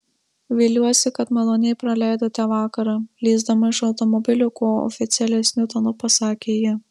viliuosi kad maloniai praleidote vakarą lįsdama iš automobilio kuo oficialesniu tonu pasakė ji